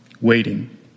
waiting